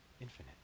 infinite